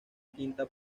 quinta